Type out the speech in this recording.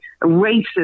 racist